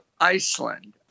Iceland